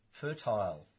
fertile